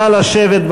נא לשבת.